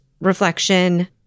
reflection